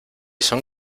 son